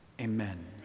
Amen